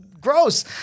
gross